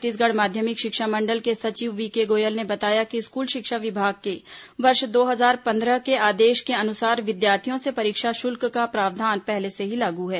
छत्तीसगढ़ माध्यमिक शिक्षा मंडल के सचिव वीके गोयल ने बताया कि स्कूल शिक्षा विभाग के वर्ष दो हजार पंद्रह के आदेश के अनुसार विद्यार्थियों से परीक्षा शुल्क का प्रावधान पहले से ही लागू है